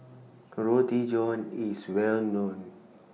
Kroti John IS Well known